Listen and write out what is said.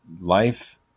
life